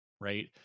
right